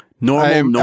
Normal